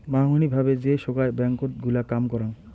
মাঙনি ভাবে যে সোগায় ব্যাঙ্কত গুলা কাম করাং